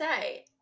say